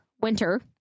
winter